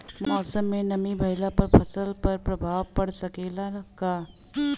मौसम में नमी भइला पर फसल पर प्रभाव पड़ सकेला का?